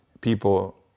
people